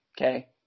okay